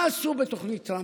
מה עשו בתוכנית טראמפ?